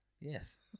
Yes